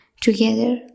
together